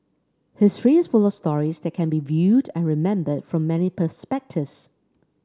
history is full of stories that can be viewed and remembered from many perspective